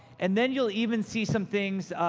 and then you'll even see some things.